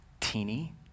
teeny